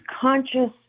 conscious